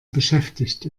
beschäftigt